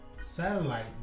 satellite